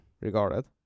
regarded